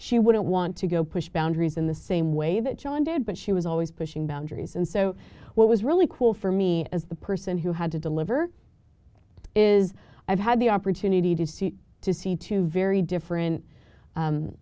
she wouldn't want to go push boundaries in the same way that jon did but she was always pushing boundaries and so what was really cool for me as the person who had to deliver is i've had the opportunity to see to see two very different